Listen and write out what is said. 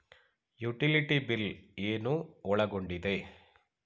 Utility bill ಏನು ಒಳಗೊಂಡಿದೆ?